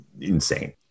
insane